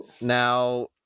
now